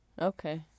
Okay